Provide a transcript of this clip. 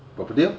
property lor